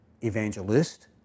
evangelist